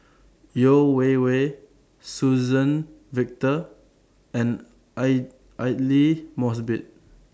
Yeo Wei Wei Suzann Victor and Aidli Mosbit